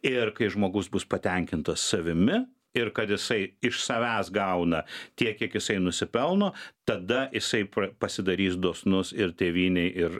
ir kai žmogus bus patenkintas savimi ir kad jisai iš savęs gauna tiek kiek jisai nusipelno tada jisai pasidarys dosnus ir tėvynei ir